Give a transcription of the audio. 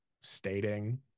stating